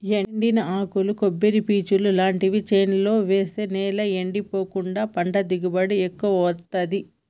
ఎండిన ఆకులు కొబ్బరి పీచు లాంటివి చేలో వేస్తె నేల ఎండిపోకుండా పంట దిగుబడి ఎక్కువొత్తదీ